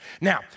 Now